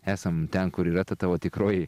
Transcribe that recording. esam ten kur yra ta tavo tikroji